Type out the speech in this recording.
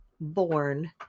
born